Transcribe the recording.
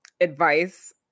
advice